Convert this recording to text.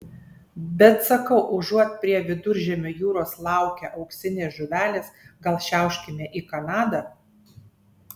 bet sakau užuot prie viduržemio jūros laukę auksinės žuvelės gal šiauškime į kanadą